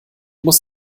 muss